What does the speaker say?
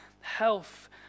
health